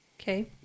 Okay